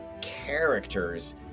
characters